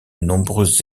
nombreuses